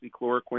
hydroxychloroquine